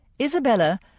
Isabella